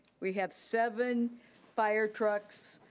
we have seven firetrucks,